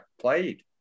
played